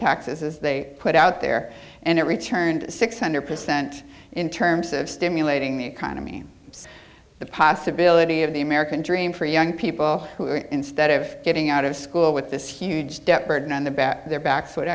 taxes as they put out there and it returned six hundred percent in terms of stimulating the economy the possibility of the american dream for young people who instead of getting out of school with this huge debt burden on the back of their backs would